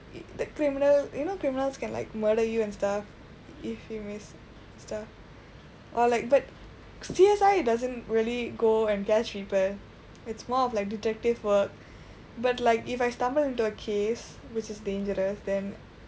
the criminal you know criminals can like murder you and stuff if you miss stuff or like but C_S_I doesn't really go and catch people it's more of like detective work but like if I stumble into a case which is dangerous then